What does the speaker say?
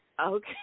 Okay